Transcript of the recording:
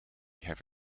have